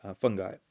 fungi